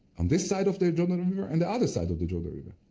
on this side of the jordan river and the other side of the jordan river.